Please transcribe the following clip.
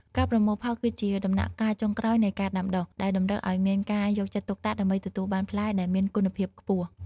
ការប្រមូលផលគឺជាដំណាក់កាលចុងក្រោយនៃការដាំដុះ ដែលតម្រូវឲ្យមានការយកចិត្តទុកដាក់ដើម្បីទទួលបានផ្លែដែលមានគុណភាពខ្ពស់។